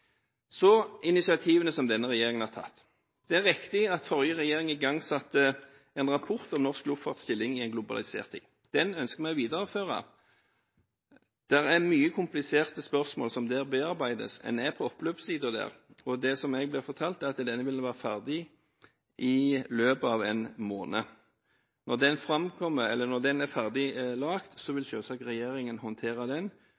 Så til initiativene som denne regjeringen har tatt. Det er riktig at forrige regjering igangsatte arbeidet med en rapport om norsk luftfarts stilling i en globalisert tid. Den ønsker vi å videreføre. Det er mange kompliserte spørsmål som der bearbeides. En er på oppløpssiden der, og det jeg blir fortalt, er at den vil være ferdig i løpet av en måned. Når den er ferdiglaget, vil selvsagt regjeringen håndtere den